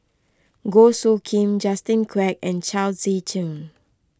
Goh Soo Khim Justin Quek and Chao Tzee Cheng